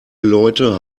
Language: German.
leute